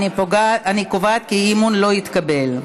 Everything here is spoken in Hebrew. אני קובעת כי האי-אמון לא התקבל.